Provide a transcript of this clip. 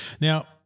Now